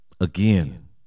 Again